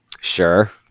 sure